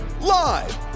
Live